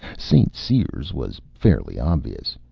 st. cyr's was fairly obvious.